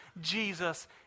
Jesus